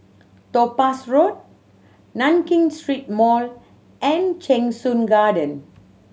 Topaz Road Nankin Street Mall and Cheng Soon Garden